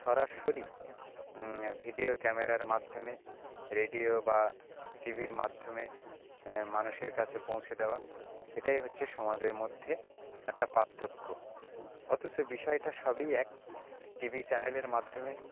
সরাসরি ভিডিও ক্যামেরার মাধ্যমে রেডিও বা টিভির মাধ্যমে মানুষের কাছে পৌঁছে দেওয়া এটাই হচ্ছে সমাজের মধ্যে একটা পার্থক্য অথচ বিষয়টা সবই এক টিভি চ্যানেলের মাধ্যমে